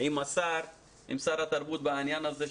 עם שר התרבות בעניין הזה,